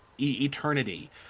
eternity